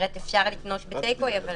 אפשר לקנות בטייק אווי, אבל